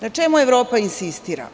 Na čemu Evropa insistira?